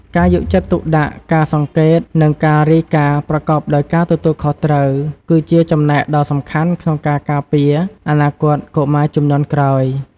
ការយកចិត្តទុកដាក់ ការសង្កេត និងការរាយការណ៍ប្រកបដោយការទទួលខុសត្រូវ គឺជាចំណែកដ៏សំខាន់ក្នុងការការពារអនាគតកុមារជំនាន់ក្រោយ។